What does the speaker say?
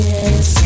Yes